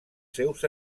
seus